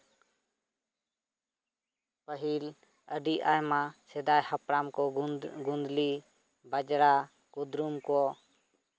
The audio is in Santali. ᱯᱟᱹᱦᱤᱞ ᱟᱹᱰᱤ ᱟᱭᱢᱟ ᱥᱮᱫᱟᱭ ᱦᱟᱯᱲᱟᱢ ᱠᱚ ᱜᱩᱸᱫᱽ ᱜᱩᱸᱫᱽᱞᱤ ᱵᱟᱡᱽᱲᱟ ᱠᱩᱫᱽᱨᱩᱢ ᱠᱚ